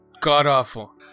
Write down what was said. god-awful